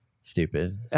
Stupid